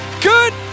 Good